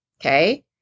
okay